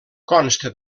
consta